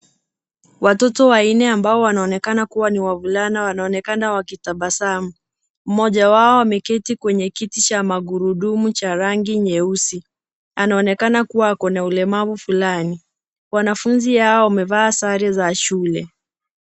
Watoti wanne ambao wanaonekana kuwa ni wavulana wanaonekana wakitabasamu. Mmoja wao ameketi kwenye kiti cha magurudumu cha rangi nyeusi. Anaonekana kuwa akona ulemavu fulani. Wanafunzi hao wamevaa sare za shule.